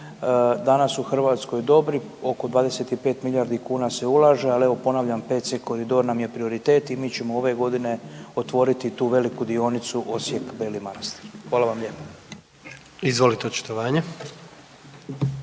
danas u Hrvatskoj dobri, oko 25 milijardi kuna se ulaže, ali evo ponavljam 5C koridor nam je prioritet i mi ćemo ove godine otvoriti tu veliku dionicu Osijek – Beli Manastir. Hvala vam lijepa. **Jandroković,